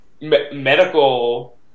medical